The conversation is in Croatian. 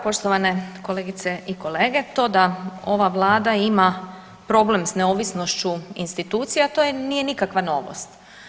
Poštovane kolegice i kolege, to da ova Vlada ima problem s neovisnošću institucija to nije nikakva novost.